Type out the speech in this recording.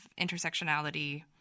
intersectionality